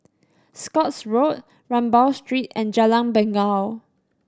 Scotts Road Rambau Street and Jalan Bangau